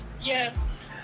Yes